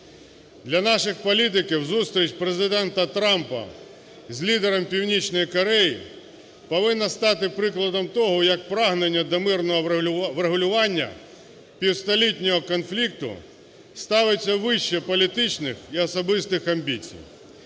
Для наших політиків зустріч Президента Трампа з лідером Північної Кореї повинна стати прикладом того, як прагнення до мирного врегулювання півстолітнього конфлікту ставиться вище політичних і особистих амбіцій.